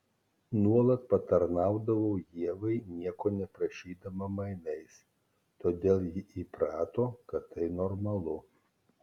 nuolat patarnaudavau ievai nieko neprašydama mainais todėl ji įprato kad tai normalu